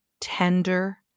tender